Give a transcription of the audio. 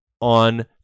on